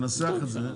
תנסח את זה.